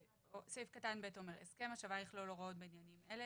סעיף (ב) אומר: "הסכם השבה יכלול בעניינים אלה,